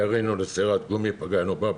ירינו בסירת גומי, פגענו בה.